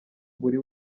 buri